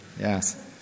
Yes